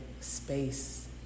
space